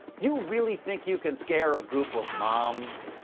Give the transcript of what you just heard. you really think you can scare a group of moms!